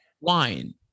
wine